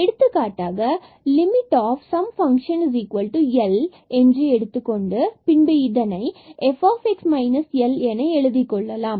எடுத்துக்காட்டாக x→0 function L பின்பு இதனை இவ்வாறு f L என எழுதிக்கொள்ளலாம்